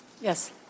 Yes